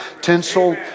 tinsel